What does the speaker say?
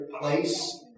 place